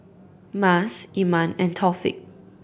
Mas Iman and Taufik